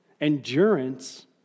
Endurance